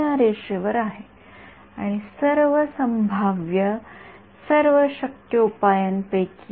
तर हे आहे की मी वेव्हलेट डोमेन मध्ये प्राधान्यभूत माहिती वापरत आहे आणि समस्या सोडवत आहे कारण तेथे व्हेरिएबल्स बरेच कमी आहेत